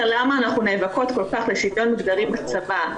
למה אנחנו נאבקות כל כך לשוויון מגדרי בצבא,